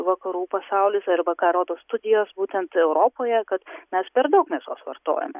vakarų pasaulis arba ką rodo studijos būtent europoje kad mes per daug mėsos vartojame